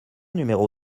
numéro